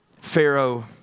Pharaoh